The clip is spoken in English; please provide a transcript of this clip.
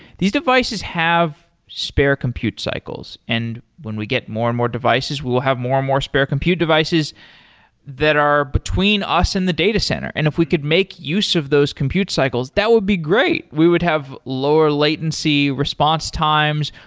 these devices have spare compute cycles. and when we get more and more devices, we will have more and more spare compute devices that are between us and the data center. and if we could make use of those compute cycles, that would be great. we would have lower latency response times,